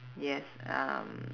yes um